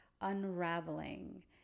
unraveling